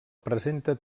presenta